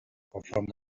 conforme